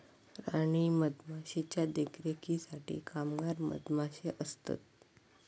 राणी मधमाशीच्या देखरेखीसाठी कामगार मधमाशे असतत